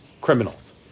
criminals